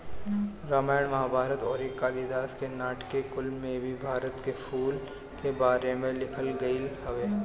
रामायण महाभारत अउरी कालिदास के नाटक कुल में भी भारत के फूल के बारे में लिखल गईल हवे